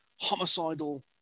homicidal